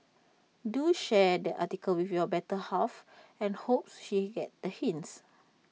do share the article with your better half and hopes she get the hints